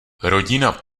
rodina